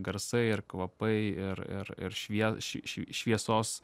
garsai ir kvapai ir ir ir švie šv švie šviesos